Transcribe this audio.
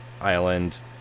island